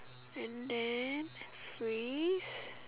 and then free